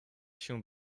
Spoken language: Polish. się